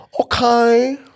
Okay